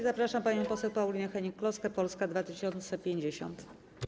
Zapraszam panią poseł Paulinę Hennig-Kloskę, Polska 2050.